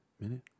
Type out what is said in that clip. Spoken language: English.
minute